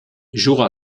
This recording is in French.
jouera